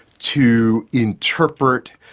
to interpret,